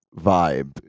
vibe